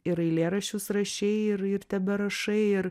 ir eilėraščius rašei ir ir teberašai ir